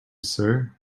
sir